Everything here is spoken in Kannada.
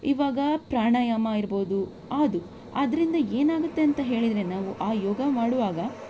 ಇವಾಗ ಪ್ರಾಣಾಯಾಮ ಇರಬಹುದು ಅದು ಅದರಿಂದ ಏನಾಗುತ್ತೆ ಅಂತ ಹೇಳಿದರೆ ನಾವು ಆ ಯೋಗ ಮಾಡುವಾಗ